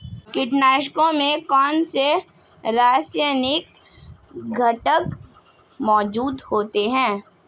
कीटनाशकों में कौनसे रासायनिक घटक मौजूद होते हैं?